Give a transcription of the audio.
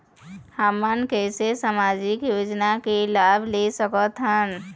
हमन कैसे सामाजिक योजना के लाभ ले सकथन?